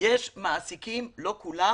יש מעסיקים לא כולם